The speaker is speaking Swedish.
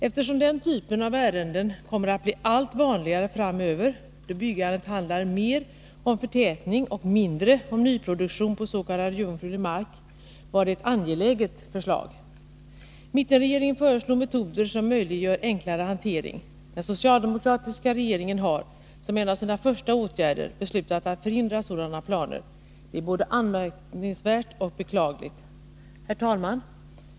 Eftersom den typen av ärenden kommer att bli allt vanligare framöver, då byggandet handlar mer om förtätning och mindre om nyproduktion på s.k. jungfrulig mark, var det ett angeläget förslag. Mittenregeringen föreslog metoder som möjliggör enklare hantering. Den socialdemokratiska regeringen har, som en av sina första åtgärder, beslutat att förhindra sådana planer. Det är både anmärkningsvärt och beklagligt. Herr talman!